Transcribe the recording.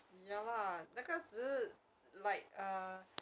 ya lah 那个只是 like ah